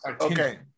Okay